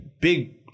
big